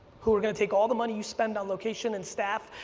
who are going to take all the money you spend on location and staff,